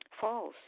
false